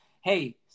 hey